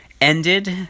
ended